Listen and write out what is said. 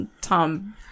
Tom